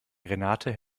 renate